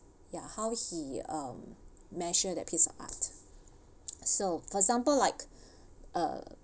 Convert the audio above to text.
ya how he um measures that piece of art so for example like uh